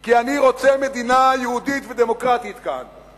כי אני רוצה מדינה יהודית ודמוקרטית כאן.